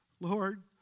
lord